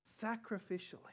Sacrificially